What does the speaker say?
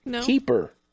keeper